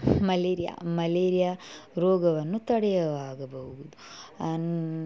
malaria malaria ರೋಗವನ್ನು ತಡೆಯವಾಗಬಹುದು ಅನ್